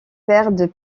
perdent